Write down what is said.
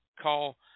call